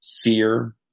fear